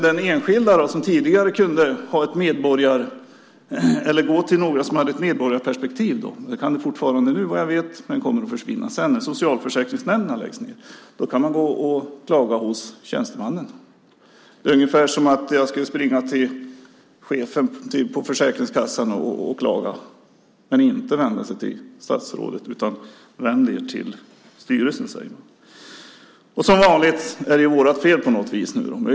Den enskilde kan, så vitt jag vet, fortfarande gå till några som har ett medborgarperspektiv, men det kommer att försvinna när socialförsäkringsnämnderna läggs ned. Då kan man klaga hos tjänstemannen. Det är som att jag skulle springa till chefen på Försäkringskassan och klaga men inte vända mig till statsrådet. Vänd er till styrelsen, säger hon. Som vanligt är det på något vis vårt fel.